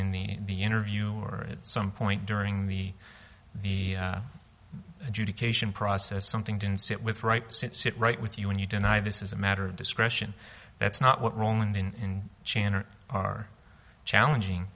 in the the interview or at some point during the the adjudication process something didn't sit with right sit sit right with you and you deny this is a matter of discretion that's not what roland in our challenging